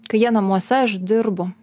kai jie namuose aš dirbu